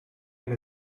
and